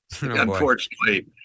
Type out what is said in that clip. unfortunately